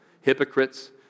Hypocrites